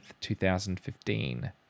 2015